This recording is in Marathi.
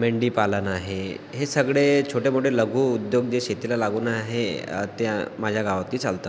मेंढीपालन आहे हे सगळे छोटेमोठे लघु उद्योग जे शेतीला लागून आहे ते माझ्या गावात ते चालतात